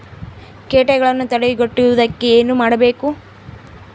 ಕೇಟಗಳನ್ನು ತಡೆಗಟ್ಟುವುದಕ್ಕೆ ಏನು ಮಾಡಬೇಕು?